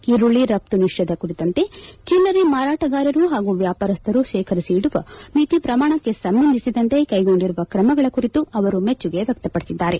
ಈರುಳ್ಳ ರಫ್ತು ನಿಷೇಧ ಸೇರಿದಂತೆ ಚಿಲ್ಲರೆ ಮಾರಾಟಗಾರರು ಹಾಗೂ ವ್ಯಾಪಾರಸ್ಥರು ಶೇಖರಿಸಿಡುವ ಮಿತಿ ಪ್ರಮಾಣಕ್ಕೆ ಸಂಬಂಧಿಸಿದಂತೆ ಕೈಗೊಂಡಿರುವ ತ್ರಮಗಳ ಕುರಿತು ಅವರು ಮೆಚ್ಚುಗೆ ವ್ಯಕ್ತಪಡಿಸಿದ್ದಾರೆ